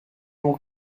will